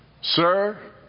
Sir